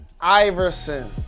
Iverson